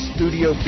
Studio